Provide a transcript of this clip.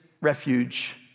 refuge